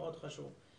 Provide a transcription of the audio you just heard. מאוד חשוב.